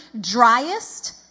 driest